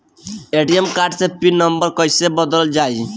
ATM card के pin number कईसे बदलल जाई?